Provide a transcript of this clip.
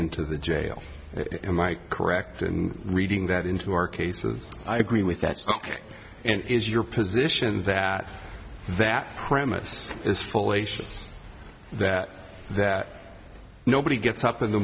into the jail am i correct in reading that into our cases i agree with that's ok and it is your position that that premise is fallacious that that nobody gets up in the